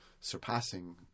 surpassing